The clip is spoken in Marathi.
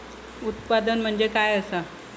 उत्पादन म्हणजे काय असा?